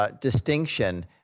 Distinction